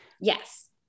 Yes